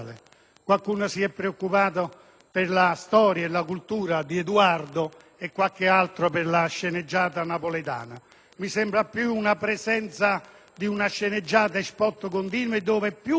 Qualcuno si è preoccupato per la storia e la cultura di Eduardo e qualche altro per la sceneggiata napoletana. A me sembra si possa parlare più di una sceneggiata e di *spot* continui, dove più